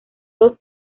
dos